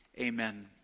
Amen